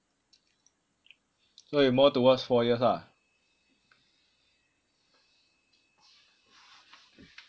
so you more towards four years lah